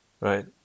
right